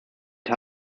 der